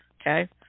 Okay